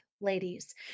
ladies